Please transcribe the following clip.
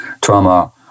Trauma